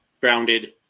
grounded